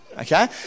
okay